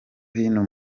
hino